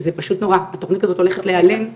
זה פשוט נורא, התכנית הזאת הולכת להיעלם.